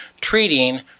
treating